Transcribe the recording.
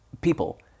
People